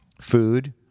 Food